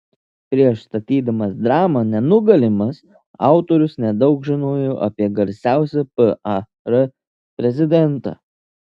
prieš statydamas dramą nenugalimas autorius nedaug žinojo apie garsiausią par prezidentą